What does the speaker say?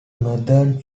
northern